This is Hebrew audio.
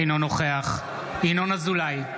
אינו נוכח ינון אזולאי,